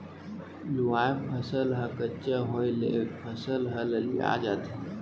लूवाय फसल ह कच्चा होय ले फसल ह ललिया जाथे